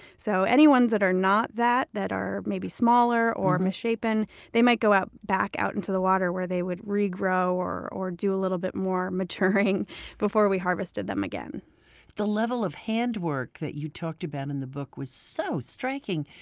so, any ones that are not that that are maybe smaller or misshapen they might go back out into the water where they would regrow or or do a little bit more maturing before we harvested them again the level of hand work that you talked about in the book was so striking.